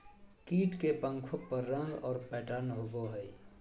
कीट के पंखों पर रंग और पैटर्न होबो हइ